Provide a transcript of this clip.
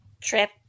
trip